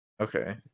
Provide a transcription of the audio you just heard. Okay